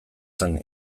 zen